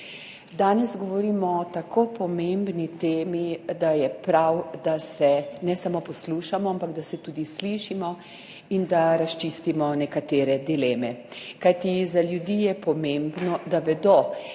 Danes govorimo o tako pomembni temi, da je prav, da se ne samo poslušamo, ampak da se tudi slišimo in da razčistimo nekatere dileme. Kajti za ljudi je pomembno, da vedo,